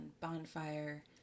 bonfire